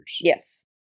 yes